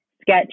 sketch